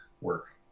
work